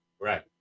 Right